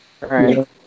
Right